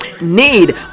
need